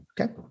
Okay